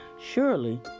Surely